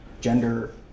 gender